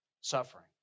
suffering